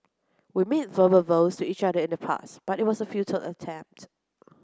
we made verbal vows to each other in the past but it was a futile attempt